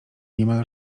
niemal